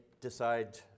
decide